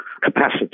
capacity